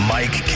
Mike